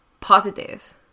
positive